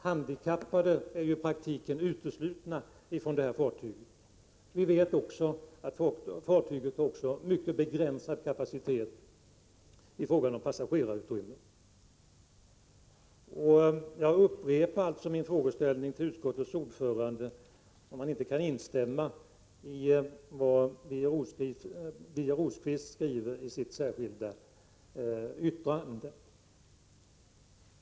Handikappade är i praktiken utestängda från fartyget. Vi vet att fartyget också har mycket begränsad kapacitet i fråga om passagerarutrymme. Jag upprepar alltså min fråga till utskottets ordförande: Kan Kurt Hugosson inte instämma i vad Birger Rosqvist anför i sitt särskilda yttrande?